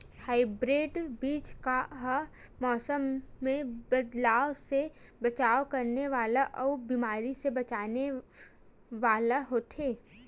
hybrid बीज हा मौसम मे बदलाव से बचाव करने वाला अउ बीमारी से बचाव करने वाला होथे